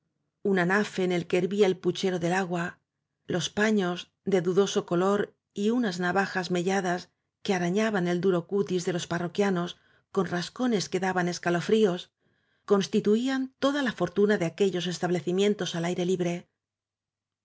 un anafe en el que hervía el puchero del agua los paños de dudoso color y unas navajas mella das que arañaban el duro cutis de los parroquianos con rascones que daban escalo fríos constituían toda la for tuna de aquellos estableci mientos al aire libre